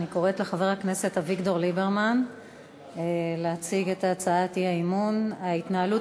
אני קוראת לחבר הכנסת אביגדור ליברמן להציג את הצעת האי-אמון: ההתנהלות